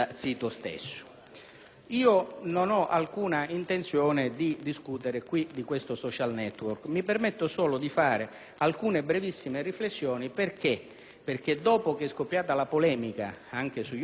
Io non ho alcuna intenzione di discutere qui di questo *social network*, mi permetto solo di fare alcune brevissime riflessioni. Dopo che è scoppiata la polemica anche sugli organi d'informazione,